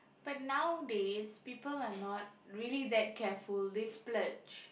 but nowadays people are not really that careful they splurge